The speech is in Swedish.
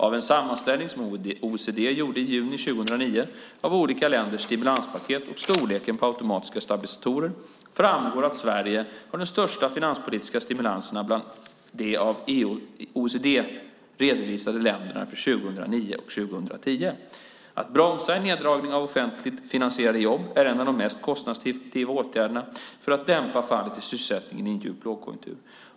Av en sammanställning som OECD gjorde i juni 2009 av olika länders stimulanspaket och storleken på automatiska stabilisatorer framgår att Sverige har de största finanspolitiska stimulanserna bland de av OECD redovisade länderna för 2009 och 2010. Att bromsa en neddragning av offentligt finansierade jobb är en av de mest kostnadseffektiva åtgärderna för att dämpa fallet i sysselsättningen i en djup lågkonjunktur.